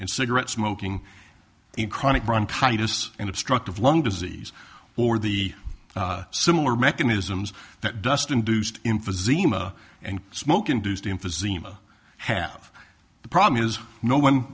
and cigarette smoking in chronic bronchitis and obstructive lung disease or the similar mechanisms that dust induced in physique and smoke induced emphysema half the problem is no one